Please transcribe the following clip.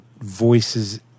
voices